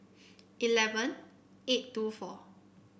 eleven eight two four